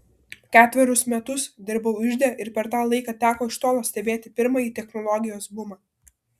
ketverius metus dirbau ižde ir per tą laiką teko iš tolo stebėti pirmąjį technologijos bumą